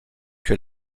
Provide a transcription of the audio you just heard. que